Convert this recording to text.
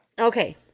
Okay